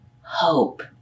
hope